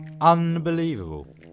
Unbelievable